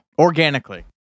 Organically